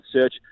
search